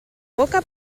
boca